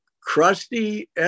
crusty